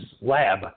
lab